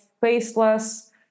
faceless